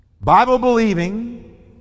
Bible-believing